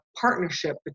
partnership